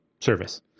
service